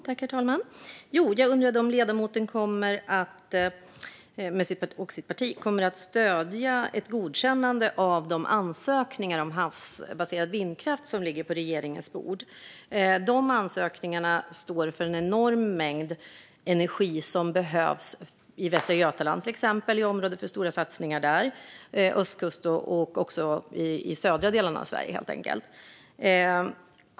Herr talman! Jo, jag undrade om ledamoten och hennes parti kommer att stödja ett godkännande av de ansökningar om havsbaserad vindkraft som ligger på regeringens bord. Dessa ansökningar motsvarar en enorm mängd energi, vilket behövs i exempelvis Västra Götaland, som är ett område för stora satsningar. Det gäller även östkusten och i de södra delarna av Sverige.